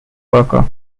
worker